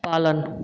पालन